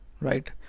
right